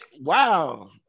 wow